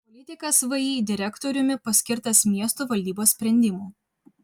politikas vį direktoriumi paskirtas miesto valdybos sprendimu